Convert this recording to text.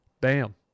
bam